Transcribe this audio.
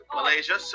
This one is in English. Malaysia